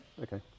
Okay